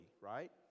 right